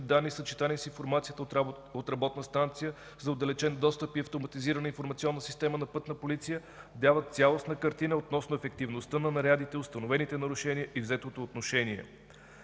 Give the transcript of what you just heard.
съчетани с информацията от работна станция за отдалечен достъп и Автоматизираната информационна система на Пътна полиция, дава цялостна картина относно ефективността на нарядите, установените нарушения и взетото отношение.